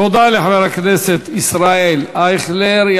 תודה לחבר הכנסת ישראל אייכלר.